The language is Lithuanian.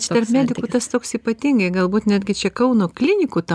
čia tarp medikų tas toks ypatingai galbūt netgi čia kauno klinikų ta